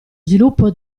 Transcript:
sviluppo